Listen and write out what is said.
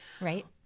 right